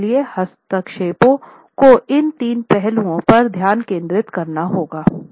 और इसीलिएहस्तक्षेपों को इन तीन पहलुओं पर ध्यान केंद्रित करना होगा